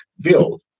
Build